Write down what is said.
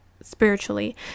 spiritually